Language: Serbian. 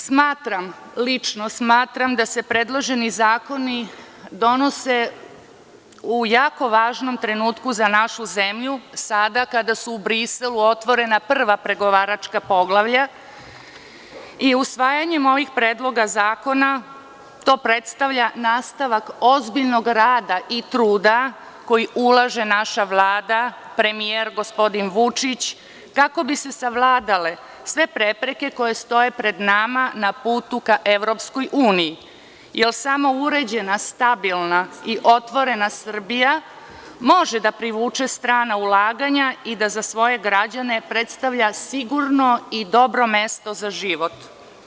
Smatram, lično smatram da se predloženi zakoni donose u jako važnom trenutku za našu zemlju sada kada su u Briselu otvorena prva pregovaračka poglavlja i usvajanjem ovih predloga zakona, to predstavlja nastavak ozbiljnog rada i truda koji ulaže naša Vlada, premijer gospodin Vučić, kako bi se savladale sve prepreke koje stoje pred nama na putu ka EU, jer samo uređena stabilna i otvorena Srbija može da privuče strana ulaganja i da za svoje građane predstavlja sigurno i dobro mesto za život.